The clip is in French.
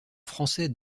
français